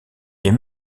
est